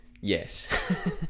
Yes